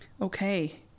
Okay